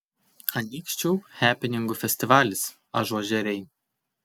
anykščių hepeningų festivalis ažuožeriai